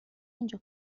اینجا